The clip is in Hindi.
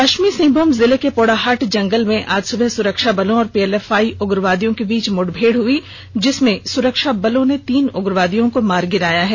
पश्चिमी सिंहमूम जिले के पोड़ाहाट जंगल में आज सुबह सुरक्षाबलों और पीएलएफआई उग्रवादियों के बीच मुठभेड़ हुई जिसमें सुरक्षाबलों ने तीन उग्रवादी को मार गिराया है